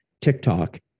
TikTok